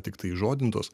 tiktai įžodintos